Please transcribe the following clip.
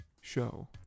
show